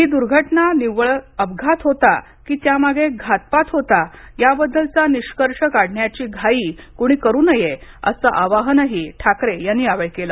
ही दुर्घटना निवळ अपघात होता की त्यामागे घातपात होता याबद्दलचा निष्कर्ष काढण्याची घाई कुणी करू नये असं आवाहनही ठाकरे यांनी केलं